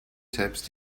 tabs